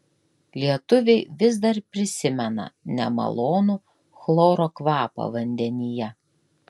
lietuviai vis dar prisimena nemalonų chloro kvapą vandenyje